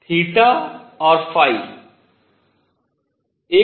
और ϕ एक दूसरे के लंबवत हैं